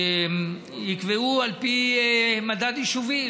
על פי מדד יישובי.